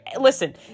Listen